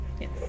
Yes